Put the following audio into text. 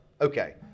Okay